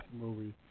movie